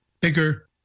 bigger